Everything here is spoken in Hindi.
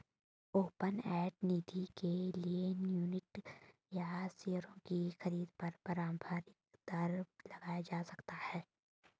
ओपन एंड निधि के लिए यूनिट या शेयरों की खरीद पर प्रारम्भिक दर लगाया जा सकता है